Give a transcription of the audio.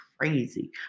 crazy